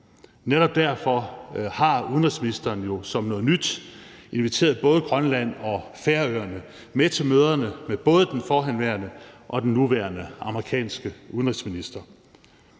Netop derfor har udenrigsministeren jo som noget nyt inviteret både Grønland og Færøerne med til møderne med både den forhenværende og den nuværende amerikanske udenrigsminister.